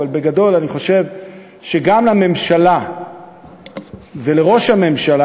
אבל בגדול אני חושב שגם לממשלה ולראש הממשלה,